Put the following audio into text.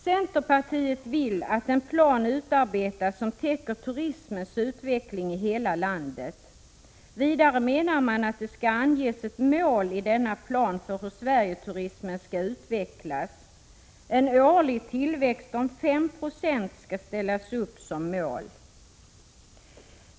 Centerpartiet vill att en plan utarbetas som täcker turismens utveckling i hela landet. Vidare menar man att det skall anges ett mål i denna plan för hur Sverigeturismen skall utvecklas. En årlig tillväxt om 5 6 skall ställas upp som mål.